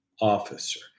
officer